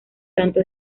tanto